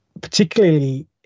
particularly